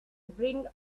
bring